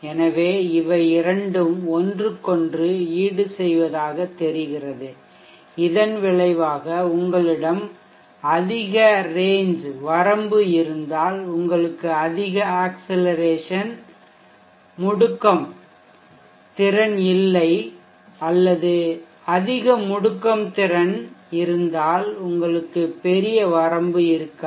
எனவே இவை இரண்டும் ஒன்றுக்கொன்று ஈடுசெய்வதாகத் தெரிகிறது இதன் விளைவாக உங்களிடம் அதிக ரேஞ்ச் வரம்பு இருந்தால் உங்களுக்கு அதிக ஆக்சலெரேசன் முடுக்கம் திறன் இல்லை அல்லது அதிக முடுக்கம் திறன் இருந்தால் உங்களுக்கு பெரிய வரம்பு இருக்காது